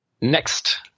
Next